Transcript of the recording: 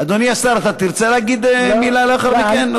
אדוני השר, אתה תרצה להגיד מילה לאחר מכן?